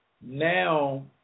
now